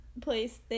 place